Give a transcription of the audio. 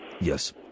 Yes